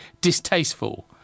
distasteful